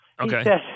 Okay